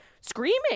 screaming